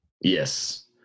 yes